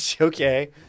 Okay